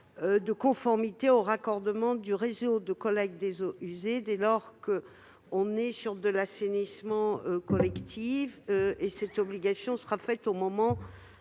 de conformité au raccordement du réseau de collecte des eaux usées dès lors qu'il s'agit d'assainissement collectif. Cette obligation sera faite au moment